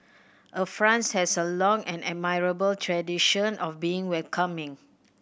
a France has a long and admirable tradition of being welcoming